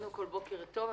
בוקר טוב.